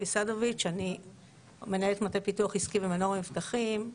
אני מנהלת מטה פיתוח עסקי במנורה מבטחים,